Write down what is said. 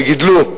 וגידלו,